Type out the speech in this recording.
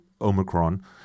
Omicron